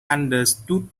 understood